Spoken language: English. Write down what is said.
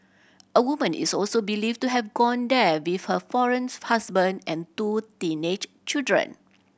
a woman is also believed to have gone there with her foreign husband and two teenage children